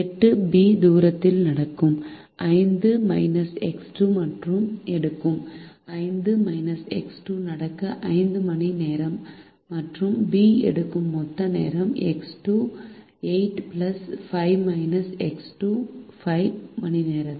8 பB தூரத்தில் நடக்கும் மற்றும் எடுக்கும் நடக்க 5 மணிநேரம் மற்றும் B எடுக்கும் மொத்த நேரம் X 2 8 5 மணிநேரத்தில்